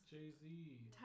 Jay-Z